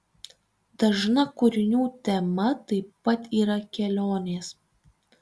dažna kūrinių tema taip pat yra kelionės